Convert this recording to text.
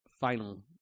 final